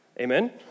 Amen